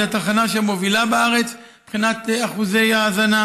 היא התחנה המובילה בארץ מבחינת אחוזי האזנה,